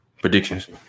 predictions